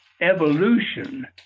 evolution